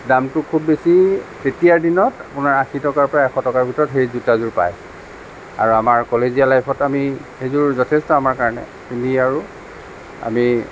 দামটো খুব বেছি তেতিয়াৰ দিনত আপোনাৰ আশী টকাৰ পৰা এশ টকাৰ ভিতৰত সেই জোতাযোৰ পায় আৰু আমাৰ কলেজীয়া লাইফত আমি সেইযোৰ যথেষ্ট আমাৰ কাৰণে পিন্ধি আৰু আমি